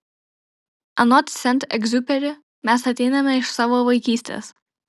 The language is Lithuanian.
anot sent egziuperi mes ateiname iš savo vaikystės